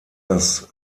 das